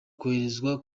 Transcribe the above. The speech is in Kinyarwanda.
koherezwa